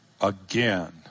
again